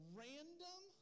random